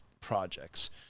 projects